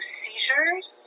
seizures